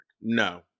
No